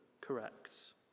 corrects